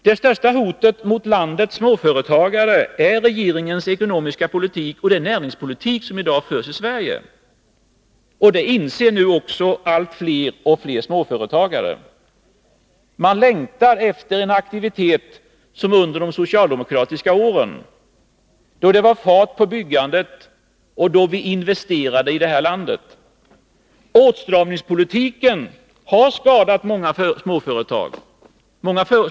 Det största hotet mot landets småföretagare är regeringens ekonomiska politik och den näringspolitik som i dag förs i Sverige. Det inser nu också allt fler småföretagare. Man längtar efter en aktivitet som under de socialdemokratiska åren, då det var fart på byggandet och då vi investerade i det här landet. Åtstramningspolitiken har skadat många småföretag.